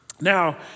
Now